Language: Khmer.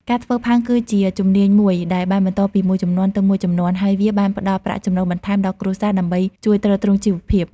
ការធ្វើផើងគឺជាជំនាញមួយដែលបានបន្តពីមួយជំនាន់ទៅមួយជំនាន់ ហើយវាបានផ្តល់ប្រាក់ចំណូលបន្ថែមដល់គ្រួសារដើម្បីជួយទ្រទ្រង់ជីវភាព។